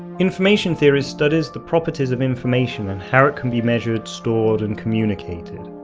information theory studies the properties of information and how it can be measured, stored and communicated.